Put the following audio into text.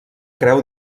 creu